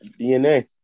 DNA